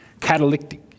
catalytic